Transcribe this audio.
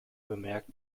bemerkt